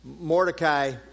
Mordecai